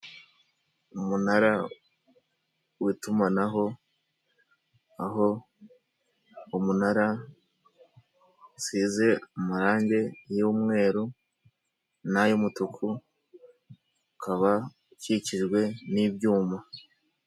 Umunara w'itumanaho aho umunara usize amarangi y'umweru n'ay'umutuku ukaba ukikijwe n'ibyuma.